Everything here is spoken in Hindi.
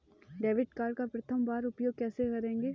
डेबिट कार्ड का प्रथम बार उपयोग कैसे करेंगे?